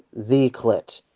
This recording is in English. the clit!